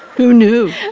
who knew?